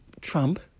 Trump